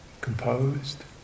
composed